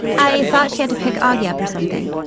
i thought she had to pick auggie up or something.